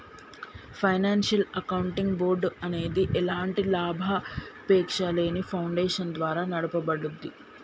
financial accounting board అనేది ఎలాంటి లాభాపేక్షలేని ఫౌండేషన్ ద్వారా నడపబడుద్ది